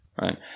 Right